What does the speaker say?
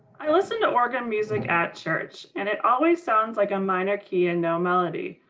i listen to organ music at church and it always sounds like a minor key and no melody.